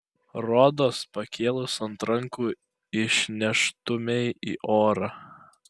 rodos pakėlus ant rankų išneštumei į orą